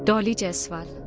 dolly jaiswal's